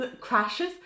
crashes